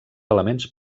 elements